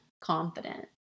confident